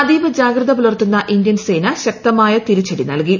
അതീവജാഗ്രത പുലർത്തുന്ന ഇന്ത്യൻ സേന ശക്തമായ തിരിച്ചടി നൽകി